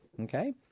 okay